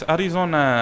Arizona